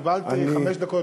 קיבלת חמש דקות,